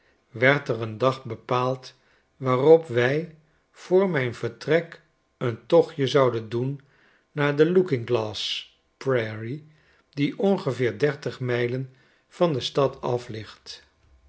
werd er een dag bepaald waarop wij voor mijn vertrek eentochtje zouden doen naar de looking glass x p r a i r i e die ongeveer dertig mijlen van de stad